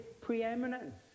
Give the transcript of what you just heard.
preeminence